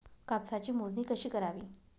कापसाची मोजणी कशी करावी?